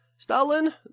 Stalin